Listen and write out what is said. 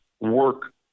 work